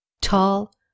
Tall